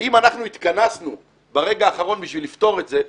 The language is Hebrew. ואם אנחנו התכנסנו ברגע האחרון בשביל לפתור את זה,